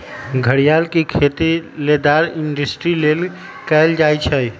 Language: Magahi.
घरियार के खेती लेदर इंडस्ट्री लेल कएल जाइ छइ